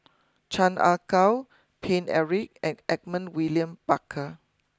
Chan Ah Kow Paine Eric and Edmund William Barker